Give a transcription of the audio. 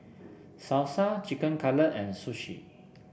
Salsa Chicken Cutlet and Sushi